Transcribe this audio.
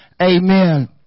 Amen